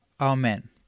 Amen